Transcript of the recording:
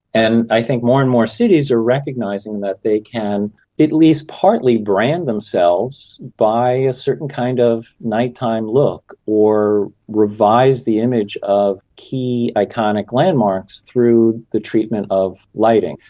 and i think more and more cities are recognising and that they can at least partly brand themselves by a certain kind of night-time look or revise the image of key iconic landmarks through the treatment of lighting.